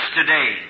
today